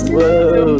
Whoa